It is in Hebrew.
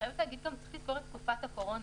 צריך גם לזכור את תקופת הקורונה.